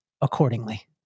accordingly